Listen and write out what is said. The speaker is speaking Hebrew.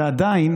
ועדיין,